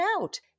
out